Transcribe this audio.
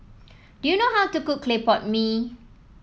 do you know how to cook Clay Pot Mee